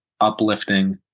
uplifting